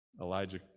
Elijah